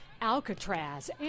Alcatraz